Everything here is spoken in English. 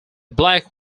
black